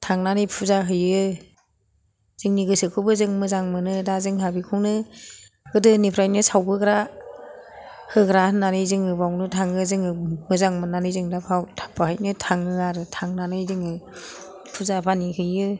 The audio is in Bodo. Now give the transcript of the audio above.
थांनानै फुजा हैयो जोंनि गोसोखौबो जों मोजां मोनो दा जोंहा बेखौनो गोदोनिफ्रायनो सावबोग्रा होग्रा होन्नानै जोङो बेवनो थाङो जोङो मोजां मोननानै जों दा बेयावनो थाङो आरो थांनानै जोङो फुजा फानि हैयो